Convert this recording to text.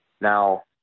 now